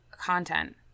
content